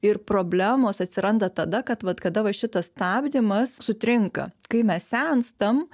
ir problemos atsiranda tada kad vat kada va šitas stabdymas sutrinka kai mes senstam